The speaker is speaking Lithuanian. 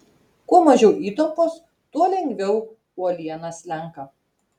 kuo mažiau įtampos tuo lengviau uoliena slenka